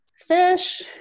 Fish